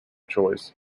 choice